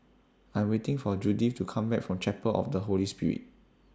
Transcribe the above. I'm waiting For Judyth to Come Back from Chapel of The Holy Spirit